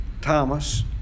Thomas